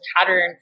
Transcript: pattern